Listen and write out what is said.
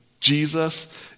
Jesus